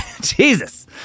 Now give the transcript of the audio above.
Jesus